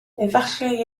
efallai